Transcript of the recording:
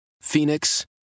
Phoenix